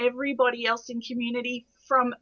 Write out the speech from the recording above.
everybody else in community from